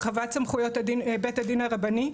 הרחבת סמכויות בית הדין הרבני,